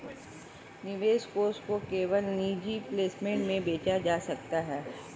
निवेश कोष को केवल निजी प्लेसमेंट में बेचा जा सकता है